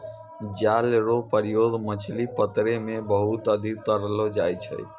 जाल रो प्रयोग मछली पकड़ै मे बहुते अधिक करलो जाय छै